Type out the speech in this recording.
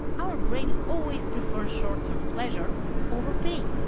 our brains always preferring short-term pleasure over pain.